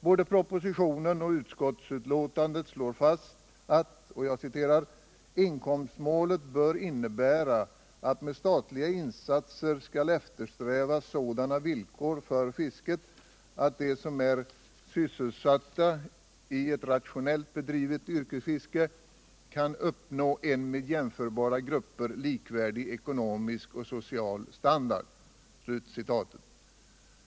Både propositionen och utskottsbetänkandet slår fast att inkomstmålet bör innebära ”att med statliga insatser skall eftersträvas sådana villkor för fisket att de som är sysselsatta i ett rationellt bedrivet yrkesfiske kan uppnå en med jämförbara grupper likvärdig ekonomisk och social standard”.